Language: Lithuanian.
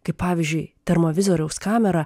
kaip pavyzdžiui termovizoriaus kamera